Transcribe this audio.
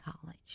college